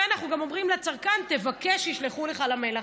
כאן אנחנו גם אומרים לצרכן: תבקש שישלחו לך למייל,